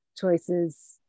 choices